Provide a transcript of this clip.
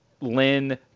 Lynn